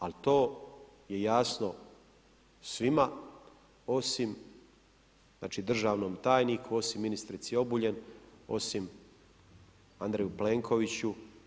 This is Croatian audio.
Ali to je jasno svima osim državnom tajniku, osim ministrici Obuljen, osim Andreju Plenkoviću.